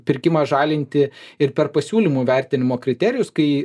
pirkimą žalinti ir per pasiūlymų vertinimo kriterijus kai